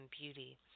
beauty